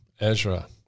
Ezra